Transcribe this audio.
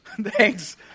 Thanks